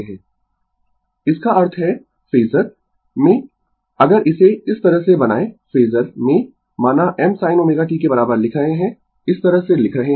Refer Slide Time 1321 इसका अर्थ है फेजर में अगर इसे इस तरह से बनाएं फेजर में माना msin ω t के बराबर लिख रहे है इस तरह से लिख रहे है